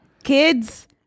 Kids